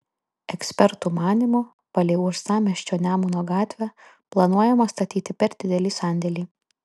ekspertų manymu palei uostamiesčio nemuno gatvę planuojama statyti per didelį sandėlį